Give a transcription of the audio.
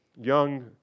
Young